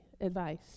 advice